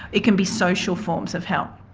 it can be social forms of help.